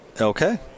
okay